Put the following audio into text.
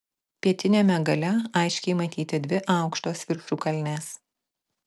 pietiniame gale aiškiai matyti dvi aukštos viršukalnės